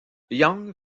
young